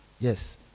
Yes